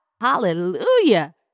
Hallelujah